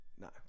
No